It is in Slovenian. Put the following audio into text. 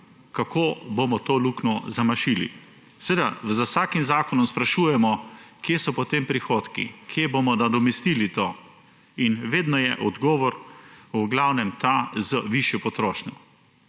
kako bomo to luknjo zamašili. Pri vsakem zakonu sprašujemo, kje so potem prihodki, s čim bomo to nadomestili, in vedno je odgovor v glavnem ta – z višjo potrošnjo.